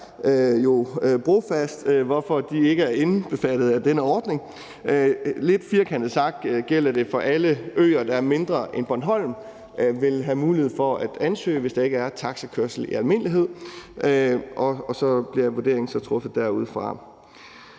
jo brofast, hvorfor de ikke er indbefattet af denne ordning. Lidt firkantet sagt gælder det for alle øer, der er mindre end Bornholm. De vil have mulighed for at ansøge, hvis der ikke er taxakørsel i almindelighed, og så bliver vurderingen truffet derudfra.